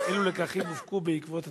4. אילו לקחים הופקו בעקבות התחקירים?